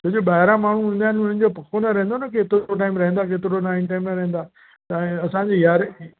छो जो ॿाहिरां माण्हू ईंदा आहिनि उन्हनि जो पको न रहंदो आहे न की केतिरो टाइम रहंदा केतिरो टाइम न रहंदा त असांजी यारहें